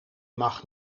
mag